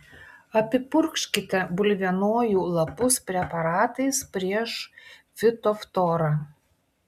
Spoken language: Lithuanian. apipurkškite bulvienojų lapus preparatais prieš fitoftorą